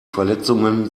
verletzungen